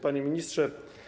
Panie Ministrze!